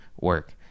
work